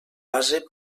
base